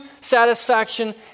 satisfaction